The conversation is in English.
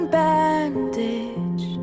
bandage